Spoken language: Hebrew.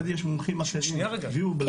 יש מומחים אחרים, הביאו.